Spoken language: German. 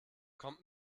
kommt